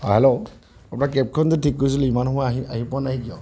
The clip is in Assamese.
হেল্ল' আপোনাৰ কেবখন যে ঠিক কৰিছিলোঁ ইমান সময় আহি আহি পোৱা নাই কিয়